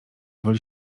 woli